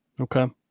okay